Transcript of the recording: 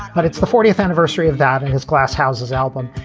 but it's the fortieth anniversary of that and his glasshouses album.